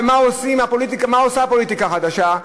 ומה עושה הפוליטיקה החדשה?